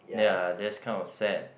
ya that's kind of sad